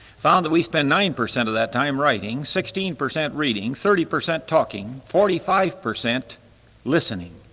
found that we spent nine percent of that time writing, sixteen percent reading, thirty percent talking, forty-five percent listening.